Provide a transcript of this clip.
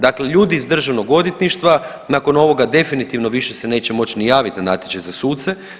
Dakle, ljudi iz Državnog odvjetništva nakon ovoga definitivno više se neće moći ni javiti na natječaj za suce.